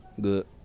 good